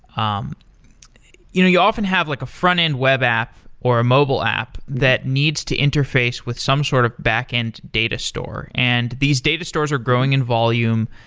um you know you often have like a front-end web app, or a mobile app that needs to interface with some sort of backend data store. and these data stores are growing in volume.